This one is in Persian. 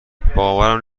باورم